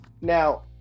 Now